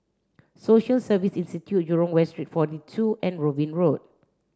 Social Service Institute Jurong West Street forty two and Robin Road